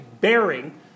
bearing